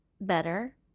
better